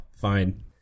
fine